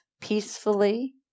peacefully